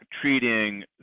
treating